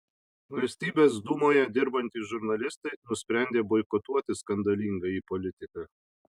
valstybės dūmoje dirbantys žurnalistai nusprendė boikotuoti skandalingąjį politiką